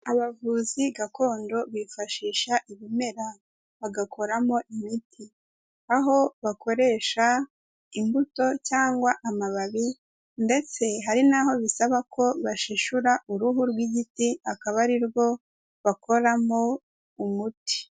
Abavuzi gakondo, bifashisha ibimera, bagakoramo imiti, aho bakoresha imbuto cyangwa amababi, ndetse hari n'aho bisaba ko bashishura uruhu rw'igiti akaba arirwo bakoramo umuti.